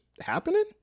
happening